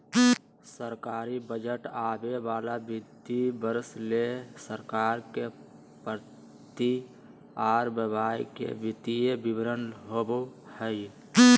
सरकारी बजट आवे वाला वित्तीय वर्ष ले सरकार के प्राप्ति आर व्यय के वित्तीय विवरण होबो हय